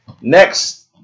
Next